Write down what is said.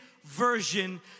version